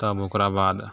तब ओकरा बाद